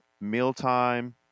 mealtime